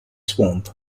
swamp